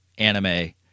anime